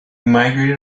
migrated